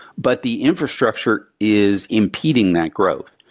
but the infrastructure is impeding that growth.